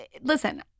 listen